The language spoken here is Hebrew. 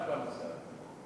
רק בנושא הזה.